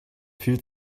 viel